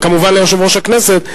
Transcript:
וכמובן ליושב-ראש הכנסת,